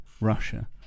Russia